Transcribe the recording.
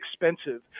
expensive